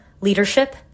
leadership